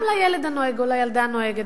גם של הילד הנוהג או הילדה הנוהגת,